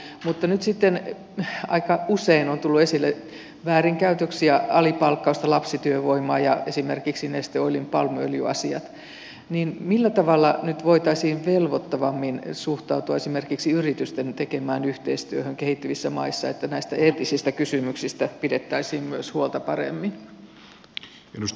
kun sitten aika usein on tullut esille väärinkäytöksiä alipalkkausta lapsityövoimaa ja esimerkiksi neste oilin palmuöljyasiat niin millä tavalla nyt voitaisiin velvoittavammin suhtautua esimerkiksi yritysten tekemään yhteistyöhön kehittyvissä maissa että myös näistä eettisistä kysymyksistä pidettäisiin huolta paremmin